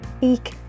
Eek